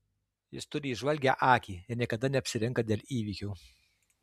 jis turi įžvalgią akį ir niekada neapsirinka dėl įvykių